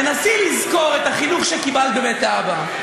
תנסי לזכור את החינוך שקיבלת בבית אבא,